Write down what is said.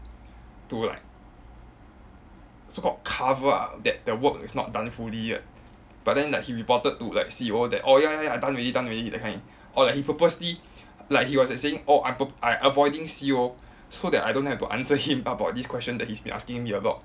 to like so-called cover up that the work is not done fully yet but then like he reported to like C_O that orh ya ya ya done already done already that kind or like he purposely like he was like saying oh I purp~ I avoiding C_O so that I don't have to answer him about this question that he's been asking me about